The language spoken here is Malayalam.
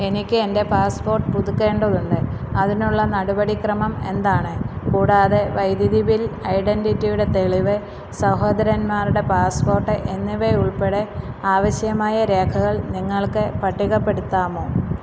എനിക്ക് എന്റെ പാസ്പ്പോട്ട് പുതുക്കേണ്ടതുണ്ട് അതിനുള്ള നടപടി ക്രമം എന്താണ് കൂടാതെ വൈദ്യുതി ബിൽ ഐഡൻ്റിറ്റിയുടെ തെളിവ് സഹോദരന്മാരുടെ പാസ്പ്പോട്ട് എന്നിവയുൾപ്പെടെ ആവശ്യമായ രേഖകൾ നിങ്ങൾക്ക് പട്ടികപ്പെടുത്താമോ